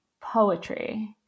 poetry